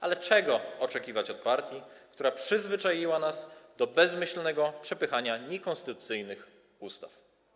Ale czego oczekiwać od partii, która przyzwyczaiła nas do bezmyślnego przepychania niekonstytucyjnych ustaw?